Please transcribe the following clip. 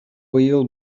быйыл